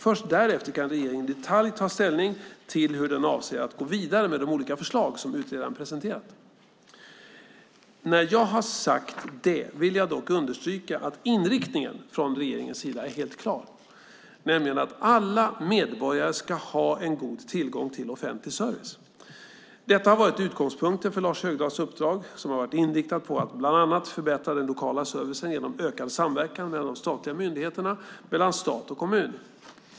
Först därefter kan regeringen i detalj ta ställning till hur den avser att gå vidare med de olika förslag som utredaren presenterat. När jag har sagt det vill jag dock understryka att inriktningen från regeringens sida är helt klar, nämligen att alla medborgare ska ha god tillgång till offentlig service. Detta har varit utgångspunkten för Lars Högdahls uppdrag, som varit inriktat på att bland annat förbättra den lokala servicen genom en ökad samverkan mellan de statliga myndigheterna och mellan stat och kommun.